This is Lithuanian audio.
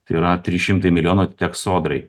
tai yra trys šimtai milijonų atiteks sodrai